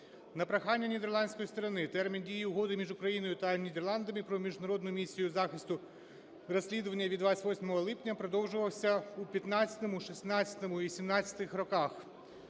На прохання нідерландської сторони термін дії угоди між Україною та Нідерландами про міжнародну місію захисту розслідування від 28 липня продовжувався у 15-му, 16-му і 17-х роках.